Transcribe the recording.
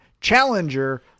challenger